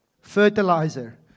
fertilizer